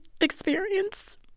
experience